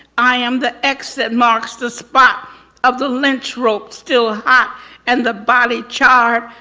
i am the x that marks the spot of the lynch rope still hot and the body charred.